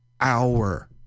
hour